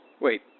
Wait